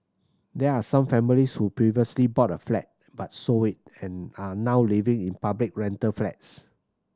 there are some families who previously bought a flat but sold we and are now living in public rental flats